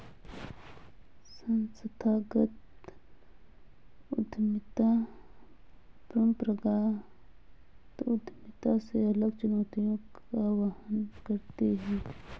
संस्थागत उद्यमिता परंपरागत उद्यमिता से अलग चुनौतियों का वहन करती है